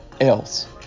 else